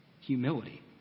humility